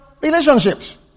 relationships